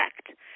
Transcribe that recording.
effect